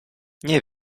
nie